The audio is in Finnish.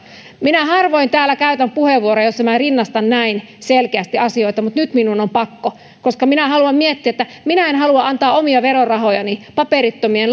minä harvoin täällä käytän puheenvuoroja joissa rinnastan näin selkeästi asioita mutta nyt minun on pakko koska minä haluan miettiä että minä en halua antaa omia verorahojani paperittomien